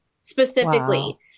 specifically